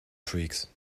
freaks